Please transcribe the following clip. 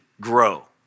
grow